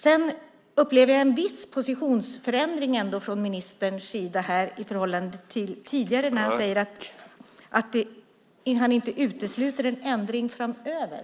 Jag upplever en viss positionsförändring från ministerns sida i förhållande till tidigare när han säger att han inte utesluter en ändring framöver.